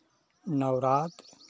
Navrat